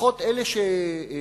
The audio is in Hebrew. לפחות אלה שפורסמו,